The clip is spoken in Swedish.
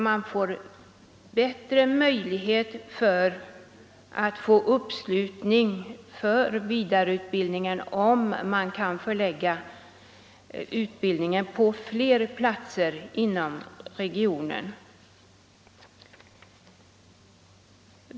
Man får säkert en större uppslutning kring vidareutbildningen om man förlägger den till fler platser inom regionen.